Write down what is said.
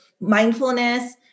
mindfulness